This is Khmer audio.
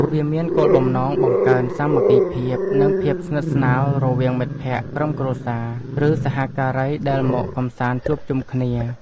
វាមានគោលបំណង បង្កើនសាមគ្គីភាព និងភាពស្និទ្ធស្នាលរវាងមិត្តភក្តិ ក្រុមគ្រួសារ ឬសហការីដែលមកកម្សាន្តជួបជុំគ្នា។